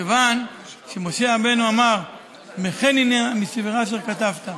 כיוון שאמר: "מחני נא מספרך אשר כתבת".